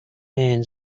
man